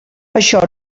això